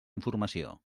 informació